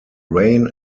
rain